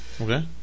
Okay